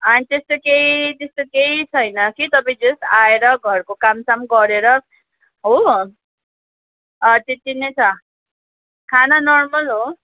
त्यस्तो केही त्यस्तो केही छैन कि तपाईँ जस्ट आएर घरको कामसाम गरेर हो अँ त्यति नै छ खाना नर्मल हो